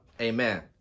amen